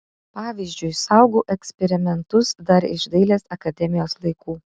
pavyzdžiui saugau eksperimentus dar iš dailės akademijos laikų